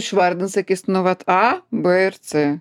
išvardins sakys nu vat a b ir c